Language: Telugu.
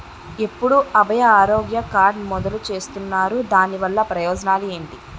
ఎప్పుడు అభయ ఆరోగ్య కార్డ్ మొదలు చేస్తున్నారు? దాని వల్ల ప్రయోజనాలు ఎంటి?